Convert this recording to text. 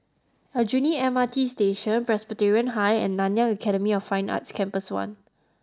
Aljunied M R T Station Presbyterian High and Nanyang Academy of Fine Arts Campus one